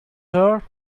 her